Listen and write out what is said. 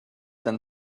than